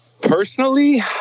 Personally